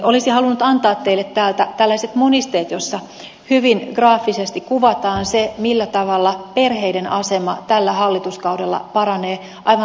olisin halunnut antaa teille täältä tällaiset monisteet joissa hyvin graafisesti kuvataan se millä tavalla perheiden asema tällä hallituskaudella paranee aivan rahallisesti